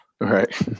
Right